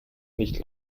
nicht